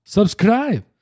Subscribe